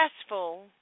successful –